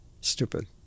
stupid